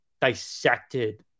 dissected